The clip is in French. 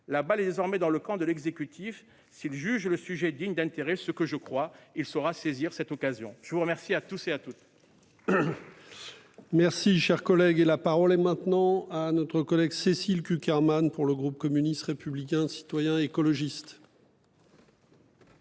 La balle est désormais dans le camp de l'exécutif. S'il juge le sujet digne d'intérêt, ce que je crois, il saura saisir l'occasion. La parole est à Mme